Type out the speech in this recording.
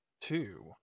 two